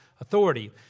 authority